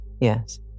Yes